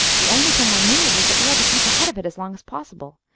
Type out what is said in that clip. the only thing i knew was that we had to keep ahead of it as long as possible.